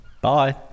Bye